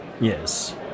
yes